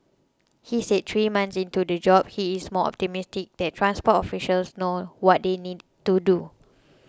he said three months into the job he is more optimistic that transport officials know what they need to do